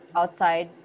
outside